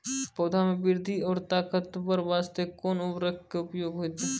पौधा मे बृद्धि और ताकतवर बास्ते कोन उर्वरक के उपयोग होतै?